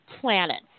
planets